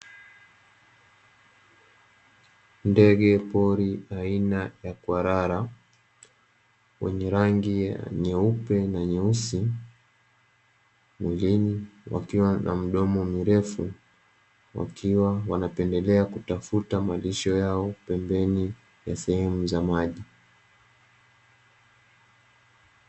Ndege pori aina ya Kwarara, wenye rangi nyeupe na nyeusi mwilini, wakiwa na midomo mirefu, wakiwa wanapendelea kutafuta malisho yao sehemu za maji.